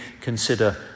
consider